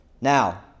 Now